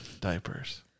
diapers